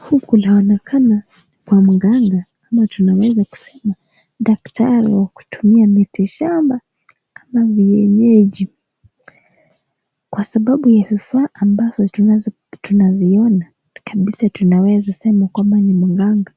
Huku naonekana kwa mganga ama tunaweza kusema daktari wa kutumia mitishamba kama viyenyeji. Kwa sababu ya vifaa ambazo tunazo tunaziona kabisa tunaweza sema kwamba ni mganga.